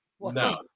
No